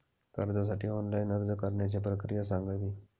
कर्जासाठी ऑनलाइन अर्ज करण्याची प्रक्रिया सांगावी